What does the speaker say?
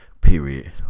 period